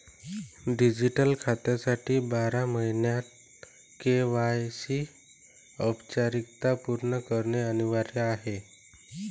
digital खात्यासाठी बारा महिन्यांत के.वाय.सी औपचारिकता पूर्ण करणे अनिवार्य आहे